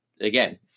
again